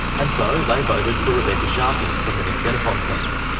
and so they voted for rebekha sharkie from the nick xenophon team,